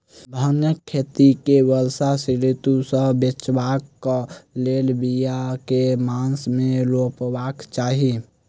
भांगक खेती केँ वर्षा ऋतु सऽ बचेबाक कऽ लेल, बिया केँ मास मे रोपबाक चाहि?